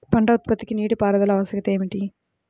పంట ఉత్పత్తికి నీటిపారుదల ఆవశ్యకత ఏమి?